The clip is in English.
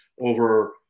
over